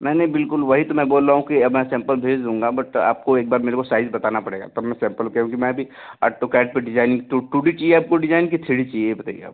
नहीं नहीं बिल्कुल वही तो मैं बोल रहा हूँ कि मैं सैम्पल भेज दूँगा बट आपको एक बार मेरे को साइज बताना पड़ेगा तब मैं सैम्पल क्योंकि मैं भी अटो कैड पर डिजाइन टू टू डी चाहिए आपको डिजाइन कि थ्री डी चाहिए ये बताइए आप